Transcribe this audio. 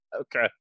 okay